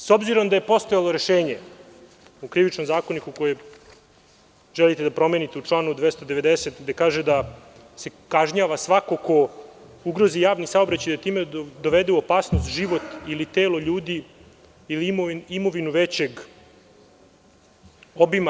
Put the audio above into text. S obzirom da je postojalo rešenje u Krivičnom zakoniku koje želite da promenite u članu 290, gde se kaže da se kažnjava svako ko ugrozi javni saobraćaj i time dovede u opasnost život ili telo ljudi ili imovinu većeg obima.